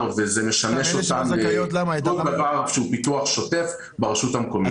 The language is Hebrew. וזה משמש אותן לכל דבר שהוא פיתוח שוטף ברשות המקומית.